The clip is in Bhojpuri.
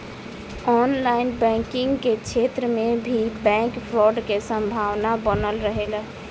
ऑनलाइन बैंकिंग के क्षेत्र में भी बैंक फ्रॉड के संभावना बनल रहेला